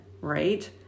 right